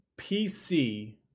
pc